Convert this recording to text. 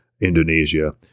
Indonesia